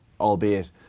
albeit